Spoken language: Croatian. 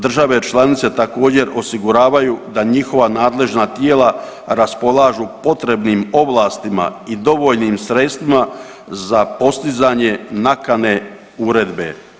Države članice također osiguravaju da njihova nadležna tijela raspolažu potrebnim ovlastima i dovoljnim sredstvima za postizanje nakane uredbe.